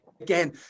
Again